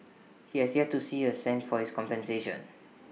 he has yet to see A cent of this compensation